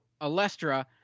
Alestra